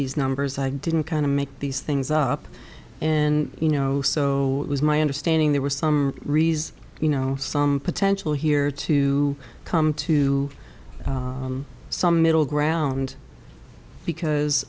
these numbers i didn't kind of make these things up and you know so was my understanding there was some reason you know some potential here to come to some middle ground because